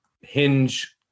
hinge